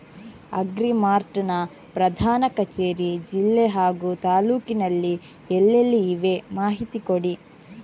Agri mart ನ ಪ್ರಧಾನ ಕಚೇರಿ ಜಿಲ್ಲೆ ಹಾಗೂ ತಾಲೂಕಿನಲ್ಲಿ ಎಲ್ಲೆಲ್ಲಿ ಇವೆ ಮಾಹಿತಿ ಕೊಡಿ?